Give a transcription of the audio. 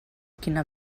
quina